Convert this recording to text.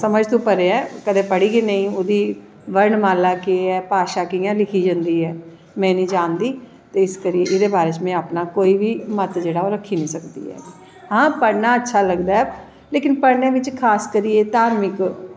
समझ दे परें ऐ कदैं पढ़ी गै नी ओह्दी वर्णमाला केह् ऐ भाशा कियां लिखी जंदी ऐ में नी जानदी इक करियै एह्दे बारे च में अपना कोई बी मत जेह्ड़ा ओह् रक्खी नी सकदी हां पढ़नां अच्छा लगदा ऐ लेकिन पढ़नें बिच्च खास करियै धार्मिक